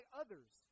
others